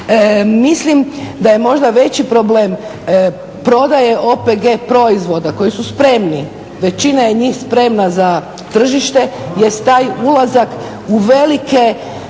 Mislim da je možda veći problem prodaje OPG proizvoda koji su spremni, većina je njih spremna za tržište jest taj ulazak u velike